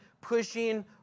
pushing